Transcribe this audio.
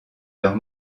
leurs